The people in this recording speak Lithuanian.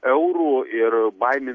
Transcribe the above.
eurų ir baimi